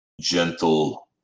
gentle